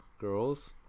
Girls